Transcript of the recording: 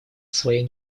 своей